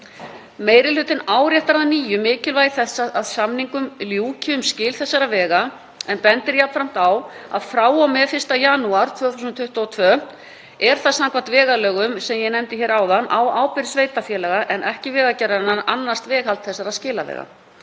Meiri hlutinn áréttar að nýju mikilvægi þess að samningum ljúki um skil þessara vega en bendir jafnframt á að frá og með 1. janúar 2022 er það samkvæmt vegalögum, sem ég nefndi hér áðan, á ábyrgð sveitarfélaga en ekki Vegagerðarinnar að annast veghald skilavega